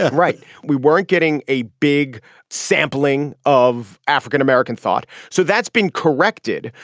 yeah right we weren't getting a big sampling of african-american thought. so that's been corrected.